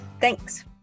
Thanks